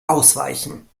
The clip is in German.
ausweichen